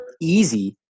easy